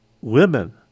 women